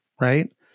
right